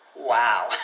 Wow